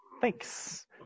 Thanks